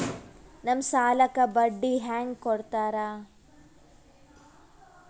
ನಮ್ ಸಾಲಕ್ ಬಡ್ಡಿ ಹ್ಯಾಂಗ ಕೊಡ್ತಾರ?